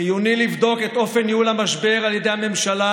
חיוני לבדוק את אופן ניהול המשבר על ידי הממשלה